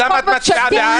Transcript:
למה את מצביעה בעד?